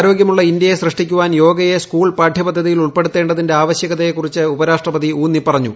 ആരോഗ്യമുള്ള ഇന്ത്യയെ സൃഷ്ടിക്കുവാൻ യോഗയെ സ്കൂൾ പാഠ്യപദ്ധതിയിൽ ഉൾപ്പെടുത്തേണ്ടതിന്റെ ആവശ്യകതയെക്കുറിച്ച് ഉപരാഷ്ട്രപതി ഉൌന്നി പറഞ്ഞു